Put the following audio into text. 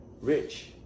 Rich